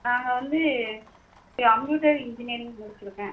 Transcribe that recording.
நாங்கள் வந்து computer engineering முடிச்சுருக்கேன்